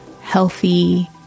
healthy